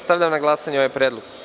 Stavljam na glasanje ovaj predlog.